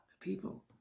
people